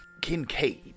Kincaid